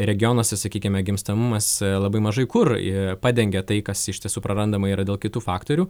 regionuose sakykime gimstamumas labai mažai kur padengia tai kas iš tiesų prarandama yra dėl kitų faktorių